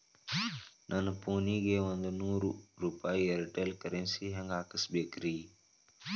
ನನ್ನ ಫೋನಿಗೆ ಒಂದ್ ನೂರು ರೂಪಾಯಿ ಏರ್ಟೆಲ್ ಕರೆನ್ಸಿ ಹೆಂಗ್ ಹಾಕಿಸ್ಬೇಕ್ರಿ?